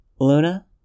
Luna